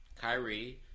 Kyrie